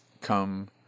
come